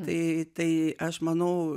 tai tai aš manau